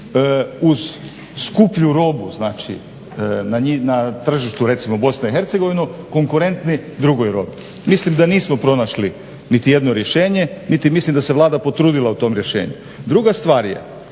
uz skuplju robu, znači na tržištu recimo Bosne i Hercegovine konkurentni drugoj robi. Mislim da nismo pronašli niti jedno rješenje, niti mislim da se Vlada potrudila u tom rješenju. Druga stvar je,